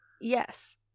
Yes